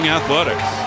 Athletics